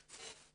רציף,